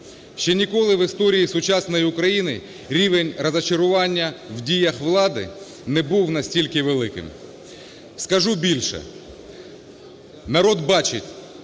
Ще ніколи в історії сучасної України рівень розчарування у діях влади не був настільки великим. Скажу більше, народ бачить,